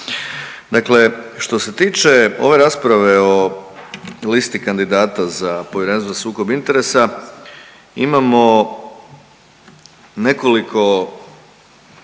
Dakle, što se tiče ove rasprave o listi kandidata za Povjerenstvo za sukob interesa imamo nekoliko